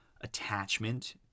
attachment